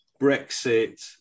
Brexit